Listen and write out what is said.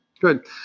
Good